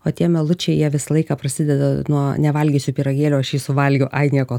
o tie melučiai jie visą laiką prasideda nuo nevalgysiu pyragėlio aš jį suvalgiau ai nieko